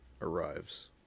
arrives